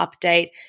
update